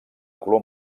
color